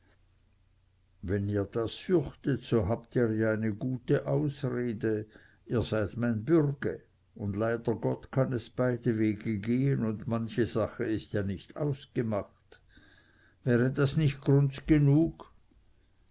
wenn ihr das fürchtet so habt ihr ja eine gute ausrede ihr seid mein bürge und leider gott kann es beide wege gehen und manche sache ist ja nicht ausgemacht wäre das nicht grunds genug